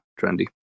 trendy